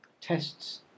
Tests